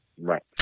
Right